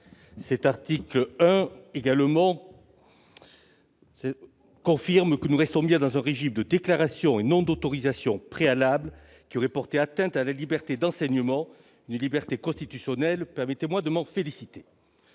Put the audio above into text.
Cet article confirme que nous restons dans un régime de déclaration, et non d'autorisation préalable, lequel aurait porté atteinte à la liberté d'enseignement, principe à valeur constitutionnelle. Permettez-moi de m'en féliciter.